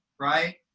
right